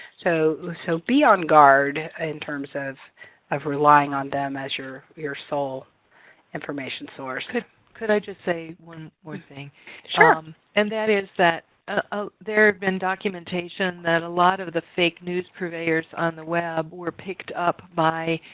so so be on guard in terms of of relying on them as your your sole information source. could could i just say one thing? sure um and that is that ah there had been documentation that a lot of the fake news purveyors on the web were picked up by